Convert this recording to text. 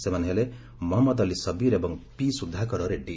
ସେମାନେ ହେଲେ ମହମ୍ମଦ ଅଲ୍ଲୀ ସବୀର ଏବଂ ପି ସୁଧାକର ରେଡ୍ଡୀ